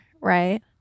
right